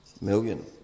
million